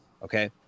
Okay